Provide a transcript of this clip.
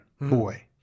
boy